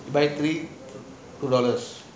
you buy three two dollars